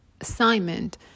assignment